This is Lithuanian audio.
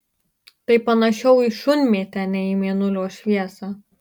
tai panašiau į šunmėtę nei į mėnulio šviesą